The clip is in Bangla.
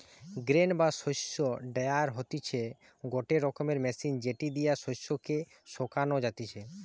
গ্রেন বা শস্য ড্রায়ার হতিছে গটে রকমের মেশিন যেটি দিয়া শস্য কে শোকানো যাতিছে